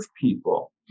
people